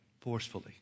forcefully